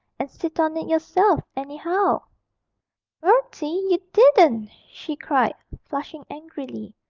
and sit on it yourself, anyhow bertie, you didn't she cried, flushing angrily.